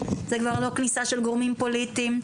זה כבר לא כניסה של גורמים פוליטיים,